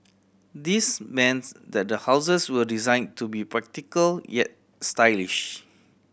this that the houses were design to be practical yet stylish